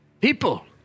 people